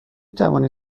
توانید